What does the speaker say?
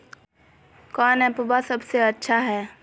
कौन एप्पबा सबसे अच्छा हय?